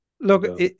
Look